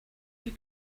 you